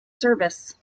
service